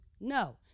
No